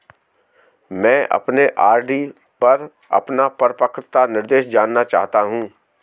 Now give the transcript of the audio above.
मैं अपने आर.डी पर अपना परिपक्वता निर्देश जानना चाहता हूं